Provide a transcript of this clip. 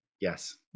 Yes